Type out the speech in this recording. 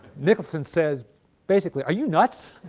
nicholson says basically are you nuts?